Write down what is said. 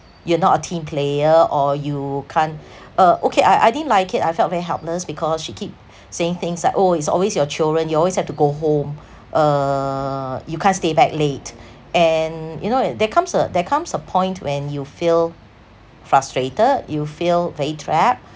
you're not a team player or you can't uh okay I I didn't like it I felt very helpless because she keep saying things like oh it's always your children you always have to go home uh you can't stay back late and you know it there comes a there comes a point when you feel frustrated you feel very trapped